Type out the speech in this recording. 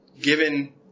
given